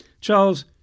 Charles